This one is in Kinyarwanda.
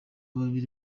babiri